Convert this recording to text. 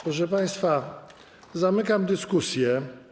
Proszę państwa, zamykam dyskusję.